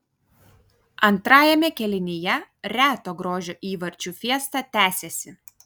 antrajame kėlinyje reto grožio įvarčių fiesta tęsėsi